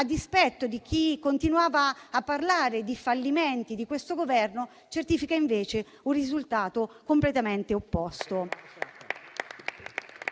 a dispetto di chi continuava a parlare di fallimenti di questo Governo, certifica invece un risultato completamente opposto.